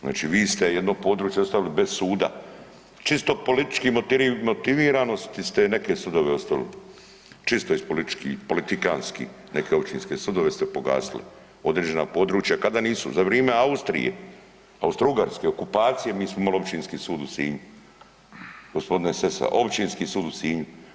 Znači vi ste jedno područje ostavili bez suda čisto politički motiviranosti ste neke sudove ostavili čisto iz političkih, politikanskih, neke općinske sudove ste pogasili određena područja ka da nisu za vrime Austrije, Austrougarske okupacije mi smo imali općinski sud u Sinju, gospodine Sessa, općinski sud u Sinju.